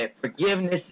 forgiveness